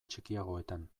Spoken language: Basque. txikiagoetan